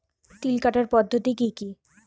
তিল কাটার পদ্ধতি কি কি?